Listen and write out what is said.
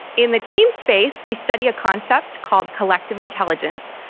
in the team space we study a concept called collective intelligence,